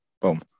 Boom